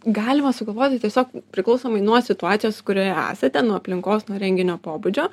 galima sugalvoti tiesiog priklausomai nuo situacijos kurioje esate nuo aplinkos nuo renginio pobūdžio